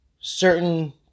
certain